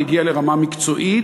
הגיע לרמה מקצועית,